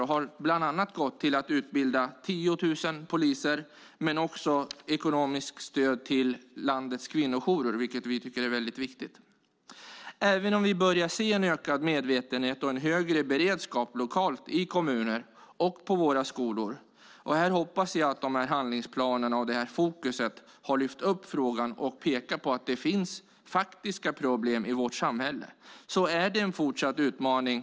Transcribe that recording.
Pengarna har bland annat gått till att utbilda 10 000 poliser och till ekonomiskt stöd till landets kvinnojourer, vilket vi tycker är mycket viktigt. Även om vi börjar se en ökad medvetenhet och en högre beredskap lokalt i kommunerna och på våra skolor - och här hoppas jag att handlingsplanerna har lyft upp frågan och pekat på att det finns faktiska problem i vårt samhälle - är det en fortsatt utmaning.